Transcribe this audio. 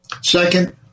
Second